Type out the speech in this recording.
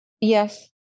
Yes